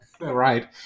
right